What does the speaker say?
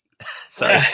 Sorry